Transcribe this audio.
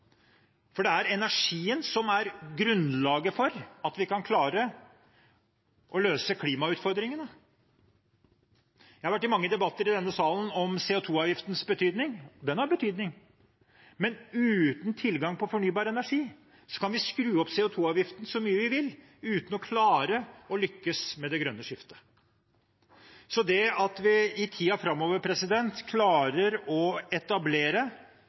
for det er energien som er grunnlaget for at vi kan klare å løse klimautfordringene. Jeg har vært i mange debatter i denne salen om CO 2 -avgiftens betydning. Den har betydning, men uten tilgang på fornybar energi kan vi skru opp CO 2 -avgiften så mye vi vil, uten å klare å lykkes med det grønne skiftet, så det at vi i tiden framover klarer å etablere